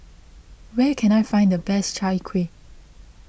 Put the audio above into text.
where can I find the best Chai Kuih